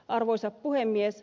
arvoisa puhemies